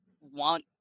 want